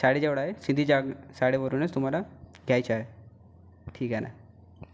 शाळेजवळ आहे सिंधीज्या शाळेवरूनच तुम्हाला घ्यायचे आहे ठीक आहे ना